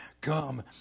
come